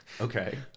Okay